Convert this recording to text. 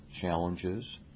challenges